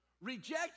Reject